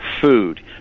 Food